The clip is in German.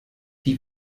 wie